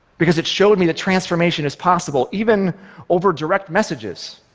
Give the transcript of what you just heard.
because it showed me that transformation is possible, even over direct messages.